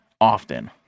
often